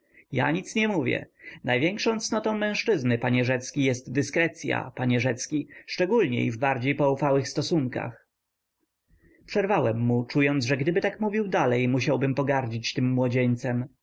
ja nic nie mówię największą cnotą mężczyzny panie rzecki jest dyskrecya panie rzecki szczególniej w bardziej poufałych stosunkach przerwałem mu czując że gdyby tak mówił dalej musiałbym pogardzić tym młodzieńcem